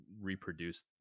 reproduce